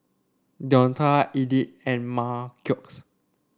Deonta Edyth and Marquez